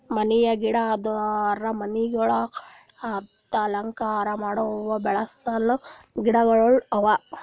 ಮನೆಯ ಗಿಡ ಅಂದುರ್ ಮನಿಗೊಳ್ದಾಗ್ ಅಲಂಕಾರ ಮಾಡುಕ್ ಬೆಳಸ ಗಿಡಗೊಳ್ ಅವಾ